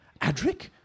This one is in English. Adric